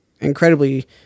incredibly